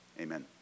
amen